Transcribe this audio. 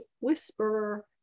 Whisperer